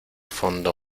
fondo